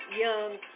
young